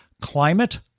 climate